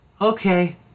okay